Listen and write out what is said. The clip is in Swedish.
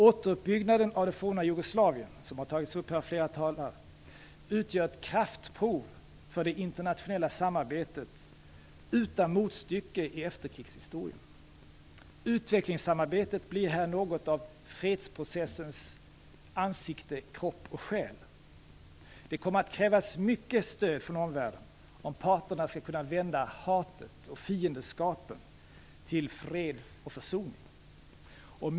Återuppbyggnaden av det forna Jugoslavien - som flera talare har tagit upp - utgör ett kraftprov för det internationella samarbetet utan motstycke i efterkrigshistorien. Utvecklingssamarbetet blir här något av fredsprocessens ansikte, kropp och själ. Det kommer att krävas mycket stöd från omvärlden om parterna skall kunna vända hat och fiendskap i fred och försoning.